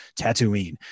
Tatooine